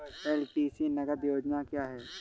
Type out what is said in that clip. LTC नगद योजना क्या है?